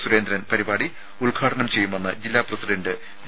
സുരേന്ദ്രൻ പരിപാടി ഉദ്ഘാടനം ചെയ്യുമെന്ന് ജില്ലാ പ്രസിഡന്റ് വി